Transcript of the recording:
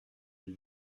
elle